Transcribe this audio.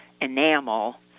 enamel